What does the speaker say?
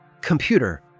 Computer